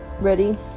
ready